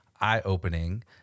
eye-opening